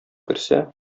керсә